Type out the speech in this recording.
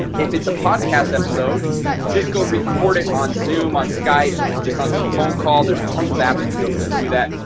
if it's a podcast episode just go record it on zoom on skype just on some phone call there's tons of apps you can go through and do that.